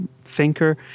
thinker